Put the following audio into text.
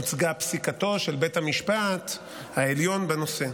הוצגה פסיקתו של בית המשפט העליון בנושא,